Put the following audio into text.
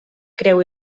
creu